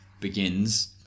begins